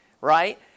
right